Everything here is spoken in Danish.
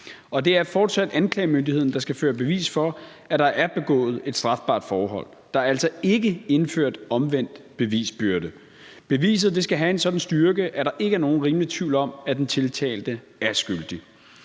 og det er fortsat anklagemyndigheden, der skal føre bevis for, at der er begået et strafbart forhold. Der er altså ikke indført omvendt bevisbyrde. Beviset skal have en sådan styrke, at der ikke er nogen rimelig tvivl om, at den tiltalte er skyldig.